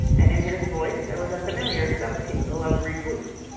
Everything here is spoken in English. and in his voice there was a familiar sub-tingle of reproof.